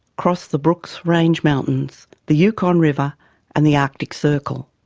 cross the brooks range mountains, the yukon river and the arctic circle.